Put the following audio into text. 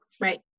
right